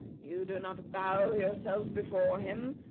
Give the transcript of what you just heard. you do not bow yourselves before him,